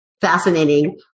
fascinating